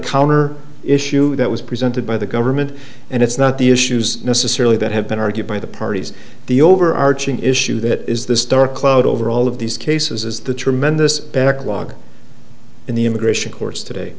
color issue that was presented by the government and it's not the issues necessarily that have been argued by the parties the overarching issue that is this dark cloud over all of these cases is the tremendous backlog in the immigration courts today